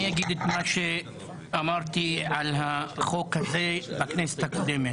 אני אגיד את מה שאמרתי על החוק הזה בכנסת הקודמת.